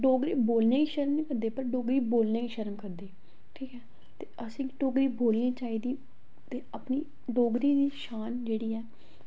डोगरी बोलने गी शर्म निं करदे पर डोगरी बोलने गी शर्म करदे ठीक ऐ ते असेंगी डोगरी बोलनी चाहिदी ते अपनी डोगरी दी शान जेह्ड़ी ऐ